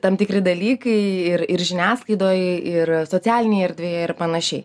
tam tikri dalykai ir ir žiniasklaidoje ir socialinėje erdvėje ir panašiai